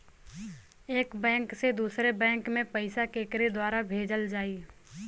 एक बैंक से दूसरे बैंक मे पैसा केकरे द्वारा भेजल जाई?